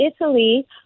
Italy